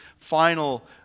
final